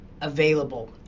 available